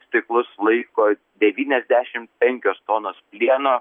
stiklus laiko devyniasdešim penkios tonos plieno